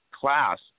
class